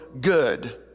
good